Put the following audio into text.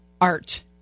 art